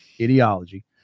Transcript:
ideology